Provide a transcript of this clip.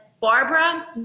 Barbara